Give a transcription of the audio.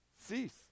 cease